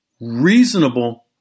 reasonable